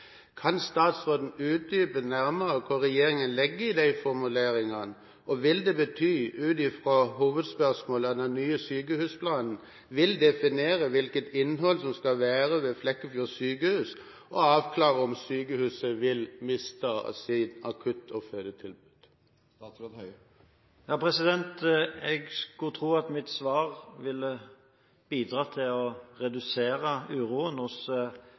Kan statsråden utdype nærmere hva regjeringen legger i de formuleringene? Vil det bety, ut fra hovedspørsmålet, at den nye sykehusplanen vil definere hvilket innhold som skal være ved Flekkefjord sykehus, og avklare om sykehuset vil miste sitt akutt- og fødetilbud? Jeg skulle tro at mitt svar ville bidratt til å redusere uroen hos